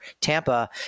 Tampa